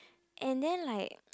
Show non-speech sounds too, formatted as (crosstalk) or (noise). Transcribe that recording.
and then like (noise)